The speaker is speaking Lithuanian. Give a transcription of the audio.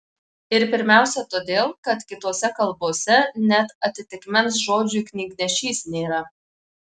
ir pirmiausia todėl kad kitose kalbose net atitikmens žodžiui knygnešys nėra